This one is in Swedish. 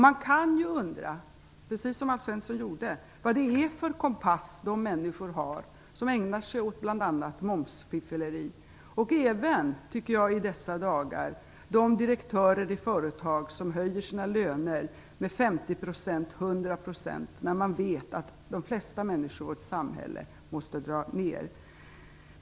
Man kan undra, precis som Alf Svensson gjorde, vad det är för kompass de människor har som ägnar sig åt bl.a. momsfiffel, liksom även - tycker jag i dessa dagar - de företagsdirektörer som höjer sina löner med 50 % eller 100 %, samtidigt som de vet att de flesta människor i vårt samhälle måste dra ned på utgifterna.